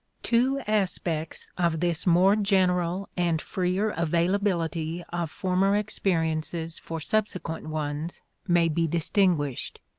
two aspects of this more general and freer availability of former experiences for subsequent ones may be distinguished.